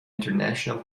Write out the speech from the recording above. international